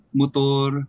motor